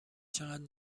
چقدر